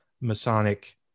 Masonic